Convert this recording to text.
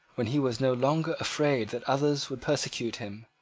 when he was no longer afraid that others would persecute him,